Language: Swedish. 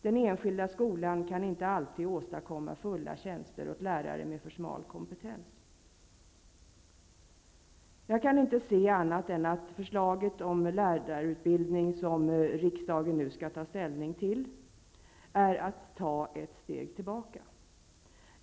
Den enskilda skolan kan inte alltid åstadkomma fulla tjänster åt lärare med för smal kompetens. Jag kan inte se annat än att det förslag om lärarutbildning som riksdagen nu skall ta ställning till innebär att man tar ett steg tillbaka.